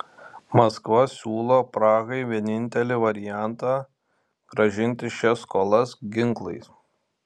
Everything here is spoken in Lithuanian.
maskva siūlo prahai vienintelį variantą grąžinti šias skolas ginklais